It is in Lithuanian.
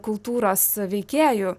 kultūros veikėjų